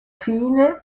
fine